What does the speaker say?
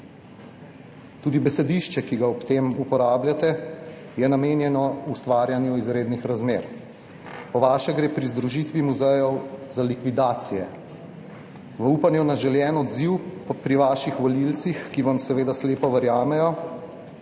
Tudi besedišče, ki ga ob tem uporabljate, je namenjeno ustvarjanju izrednih razmer. Po vaše gre pri združitvi muzejev za likvidacije. V upanju na želen odziv pri vaših volivcih, ki vam seveda slepo verjamejo,